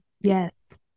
Yes